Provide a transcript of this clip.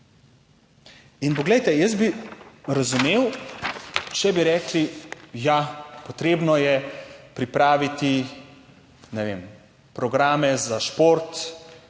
In poglejte, jaz bi razumel, če bi rekli, ja, potrebno je pripraviti, ne vem, programe za šport,